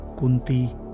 Kunti